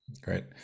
Great